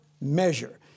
measure